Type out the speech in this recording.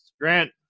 Grant